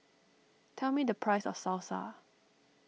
tell me the price of Salsa